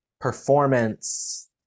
performance